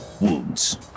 Wounds